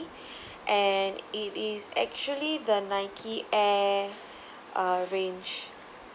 and it is actually the Nike air uh range